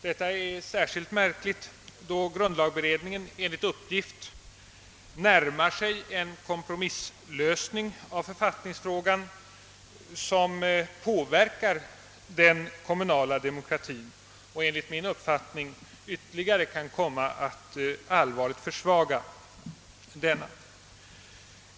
Detta är särskilt märkligt, då grundlagberedningen enligt uppgift närmar sig en kompromisslösning av författningsfrågan, som påverkar den kommunala demokratien och enligt min uppfattning ytterligare kan komma att allvarligt försvaga den.